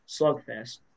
slugfest